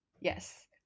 Yes